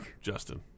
Justin